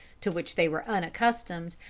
to which they were unaccustomed,